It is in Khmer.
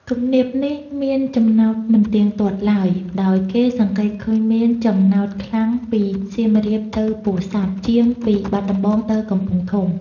ទំនាបនេះមានចំណោតមិនទៀងទាត់ឡើយ ដោយគេសង្កេតឃើញមានចំណោតខ្លាំងពីសៀមរាបទៅពោធិ៍សាត់ ជាងពីបាត់ដំបងទៅកំពង់ធំ។